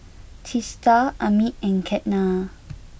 Teesta Amit and Ketna